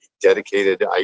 dedicated